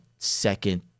Second